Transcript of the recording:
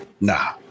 Nah